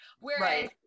Whereas